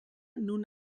nun